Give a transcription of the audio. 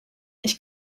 ich